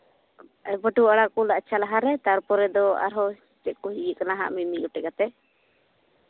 ᱵᱟᱹᱛᱩᱣᱟᱹ ᱟᱲᱟᱜ ᱠᱚ ᱛᱟᱨᱯᱚᱨᱮ ᱫᱚ ᱟᱨᱦᱚᱸ ᱞᱟᱦᱟᱨᱮ ᱪᱮᱫ ᱠᱚ ᱤᱭᱟᱹ ᱠᱟᱱᱟ ᱦᱟᱸᱜ ᱢᱤᱫ ᱢᱤᱫ ᱜᱚᱴᱮᱡ ᱠᱟᱛᱮ